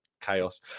chaos